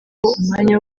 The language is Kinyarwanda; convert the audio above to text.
umwanya